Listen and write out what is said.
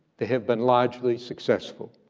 they have been largely successful,